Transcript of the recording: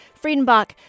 Friedenbach